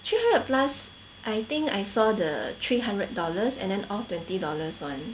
three hundred plus I think I saw the three hundred dollars and then off twenty dollars [one]